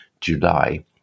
July